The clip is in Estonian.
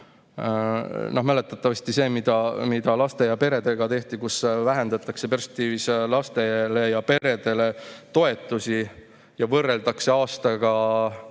eest. Mäletatavasti see, mida laste ja peredega tehakse, et vähendatakse perspektiivis lastele ja peredele toetusi ja võrreldakse